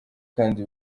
kandt